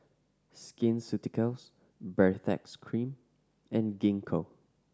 Skin Ceuticals Baritex Cream and Gingko